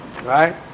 Right